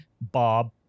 Bob